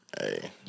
Hey